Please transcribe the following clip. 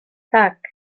tak